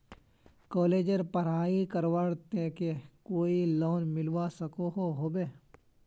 कॉलेजेर पढ़ाई करवार केते कोई लोन मिलवा सकोहो होबे?